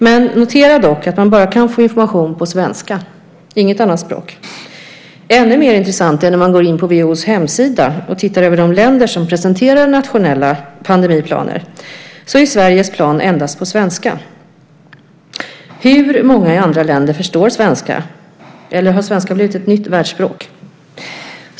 Men notera dock att man bara kan få information på svenska, inget annat språk. Ännu mer intressant är det när man går in på WHO:s hemsida och tittar på de länder som presenterar nationella pandemiplaner. Där finns Sveriges plan endast på svenska. Hur många i andra länder förstår Sverige? Eller har svenska blivit ett nytt världsspråk?